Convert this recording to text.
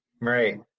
Right